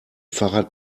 fahrrad